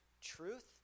truth